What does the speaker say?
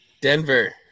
Denver